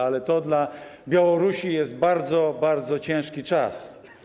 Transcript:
Ale to dla Białorusi jest bardzo, bardzo ciężki czas.